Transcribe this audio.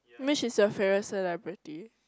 which is your favorite celebrity